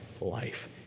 life